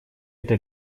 это